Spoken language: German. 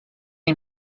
ihm